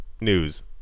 News